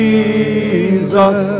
Jesus